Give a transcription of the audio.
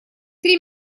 три